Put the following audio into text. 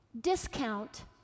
discount